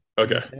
Okay